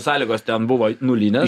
sąlygos ten buvo nulinės